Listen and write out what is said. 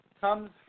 comes